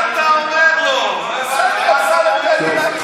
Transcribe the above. מה אתה אומר לו, בסדר, אמסלם, תן לי להגיב לו.